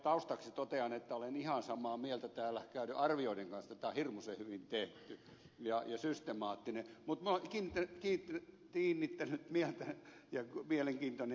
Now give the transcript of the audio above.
taustaksi totean että olen ihan samaa mieltä täällä esitettyjen arvioiden kanssa että tämä on hirmuisen hyvin tehty ja systemaattinen mutta eräs yksityiskohta on kiinnittänyt mielenkiintoni